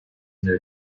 their